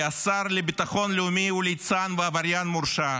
כי השר לביטחון לאומי הוא ליצן ועבריין מורשע,